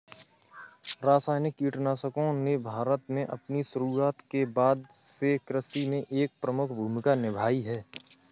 रासायनिक कीटनाशकों ने भारत में अपनी शुरूआत के बाद से कृषि में एक प्रमुख भूमिका निभाई है